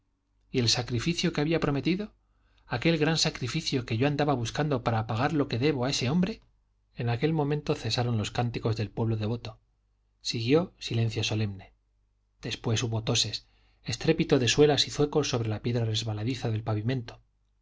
y el sacrificio que había prometido aquel gran sacrificio que yo andaba buscando para pagar lo que debo a ese hombre en aquel momento cesaron los cánticos del pueblo devoto siguió silencio solemne después hubo toses estrépito de suelas y zuecos sobre la piedra resbaladiza del pavimento